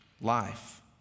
life